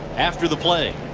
after the play.